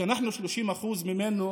שאנחנו 30% ממנו,